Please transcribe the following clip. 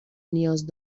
نیاز